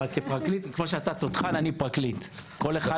אבל כמו שאתה תותחן אני פרקליט, כל אחד